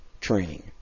training